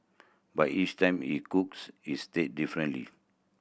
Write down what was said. but each time he cooks is differently